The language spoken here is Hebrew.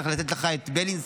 צריך לתת לך את בילינסון,